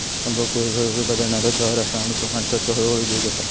तंबाखू एक हळूहळू बादणारो जहर असा आणि तो माणसाचो हळूहळू जीव घेता